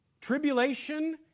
Tribulation